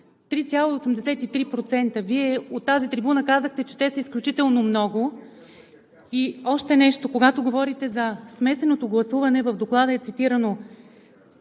3,83%. Вие от тази трибуна казахте, че те са изключително много. И още нещо, когато говорите за смесеното гласуване – в Доклада е цитирано: